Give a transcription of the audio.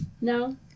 No